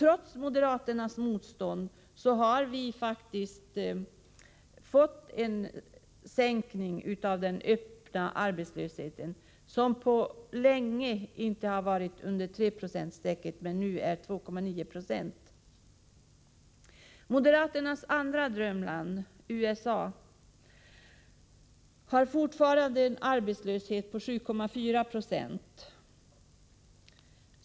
Trots moderaternas motstånd har vi fått en sänkning av den öppna arbetslösheten, som på länge inte har legat under 3 96 men nu är 2,9 Z. Moderaternas andra drömland USA har fortfarande en arbetslöshet på 7,4 70.